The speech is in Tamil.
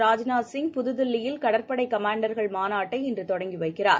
ராஜ்நாத் சிவ் புததில்லியில் கடற்பளடகமாண்டர்கள் மாநாட்டை இன்றுதொடங்கிவைக்கிறார்